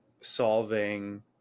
solving